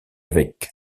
avec